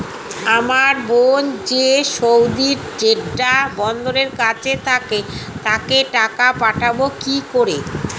আমার বোন যে সৌদির জেড্ডা বন্দরের কাছে থাকে তাকে টাকা পাঠাবো কি করে?